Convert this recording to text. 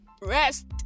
rest